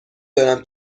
دانم